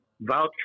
vouch